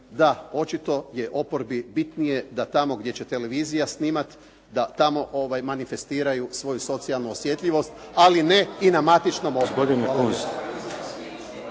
da očito je oporbi bitnije da tamo gdje će televizija snimati, da tamo manifestiraju svoju socijalnu osjetljivost, ali ne i na matičnom odboru.